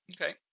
Okay